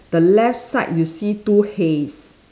the left side you see two hays